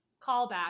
Callback